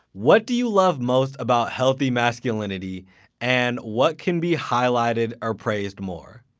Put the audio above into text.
what do you love most about healthy masculinity and what can be highlighted or praised more?